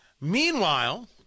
Meanwhile